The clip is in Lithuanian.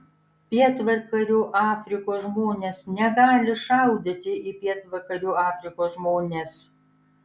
pietvakarių afrikos žmonės negali šaudyti į pietvakarių afrikos žmones